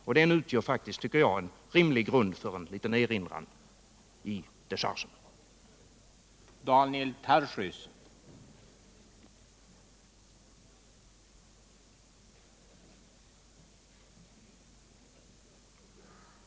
Och jag tycker faktiskt den utgör en rimlig grund för en liten erinran i dechargen.